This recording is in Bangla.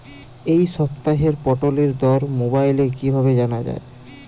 এই সপ্তাহের পটলের দর মোবাইলে কিভাবে জানা যায়?